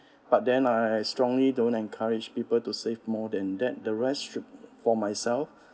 but then I strongly don't encourage people to save more than that the rest should for myself